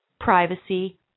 privacy